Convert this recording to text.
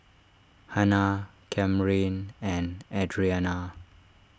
Hanna Camryn and Adriana